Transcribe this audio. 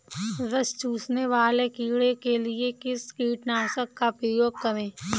रस चूसने वाले कीड़े के लिए किस कीटनाशक का प्रयोग करें?